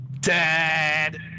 Dad